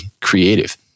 creative